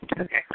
Okay